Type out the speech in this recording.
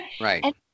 right